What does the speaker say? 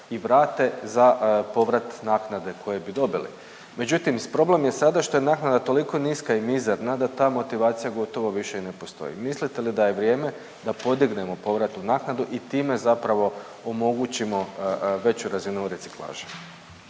i vrate za povrat naknade koje bi dobili. Međutim problem je sada što je naknada toliko niska i mizerna da ta motivacija gotovo više i ne postoji. Mislite li da je vrijeme da podignemo povratnu naknadu i time zapravo omogućimo veću razinu reciklaže?